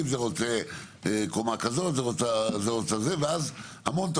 אגב זה חלק משתי תוכניות חומש אף אחד מחברי הכנסת